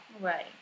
Right